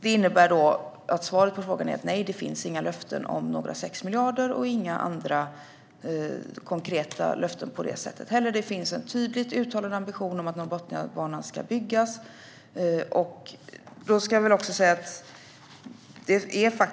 Det innebär att svaret på frågan är: Nej, det finns inga löften om några 6 miljarder och inte heller några andra konkreta löften på det sättet. Det finns en tydligt uttalad ambition om att Norrbotniabanan ska byggas.